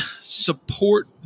support